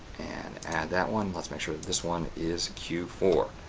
and add that one. let's make sure this one is q four.